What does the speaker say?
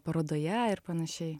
parodoje ir panašiai